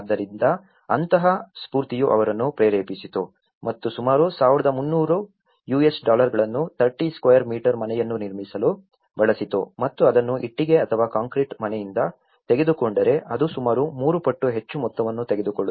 ಆದ್ದರಿಂದ ಅಂತಹ ಸ್ಫೂರ್ತಿಯು ಅವರನ್ನು ಪ್ರೇರೇಪಿಸಿತು ಮತ್ತು ಸುಮಾರು 1300 US ಡಾಲರ್ಗಳನ್ನು 30 ಸ್ಕ್ವೇರ್ ಮೀಟರ್ ಮನೆಯನ್ನು ನಿರ್ಮಿಸಲು ಬಳಸಿತು ಮತ್ತು ಅದನ್ನು ಇಟ್ಟಿಗೆ ಅಥವಾ ಕಾಂಕ್ರೀಟ್ ಮನೆಯಿಂದ ತೆಗೆದುಕೊಂಡರೆ ಅದು ಸುಮಾರು ಮೂರು ಪಟ್ಟು ಹೆಚ್ಚು ಮೊತ್ತವನ್ನು ತೆಗೆದುಕೊಳ್ಳುತ್ತದೆ